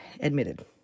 Admitted